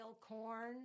corn